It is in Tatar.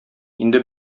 инде